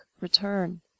return